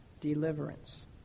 Deliverance